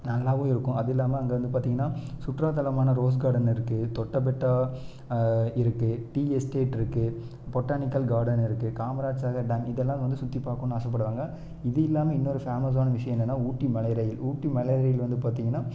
நல்லாவும் இருக்கும் அதுவும் இல்லாமல் அங்கே வந்து பார்த்திங்கன்னா சுற்றுலாத்தலமான ரோஸ் கார்டன் இருக்கு தொட்டபெட்டா இருக்கு டீ எஸ்டேட் இருக்கு பொட்டானிக்கல் கார்டன் இருக்கு காமராஜ இதெல்லாம் வந்து சுற்றிப்பாக்கணுன்னு ஆசைப்படுவாங்க இது இல்லாமல் இன்னொரு ஃபேமஸான விஷயம் என்னென்னா ஊட்டி மலை ரயில் ஊட்டி மலை ரயில் வந்து பார்த்திங்கன்னா